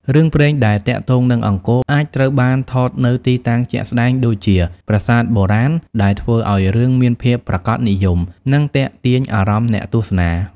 រឿងព្រេងដែលទាក់ទងនឹងអង្គរអាចត្រូវបានថតនៅទីតាំងជាក់ស្តែងដូចជា ប្រាសាទបុរាណ ដែលធ្វើឲ្យរឿងមានភាពប្រាកដនិយម និងទាក់ទាញអារម្មណ៍អ្នកទស្សនា។